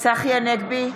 צחי הנגבי,